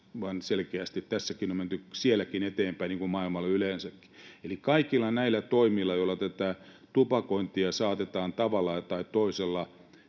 vaan selkeästi sielläkin on menty tässäkin eteenpäin niin kuin maailmalla yleensäkin. Eli kaikki nämä toimet, joilla tupakointia saatetaan tavalla tai toisella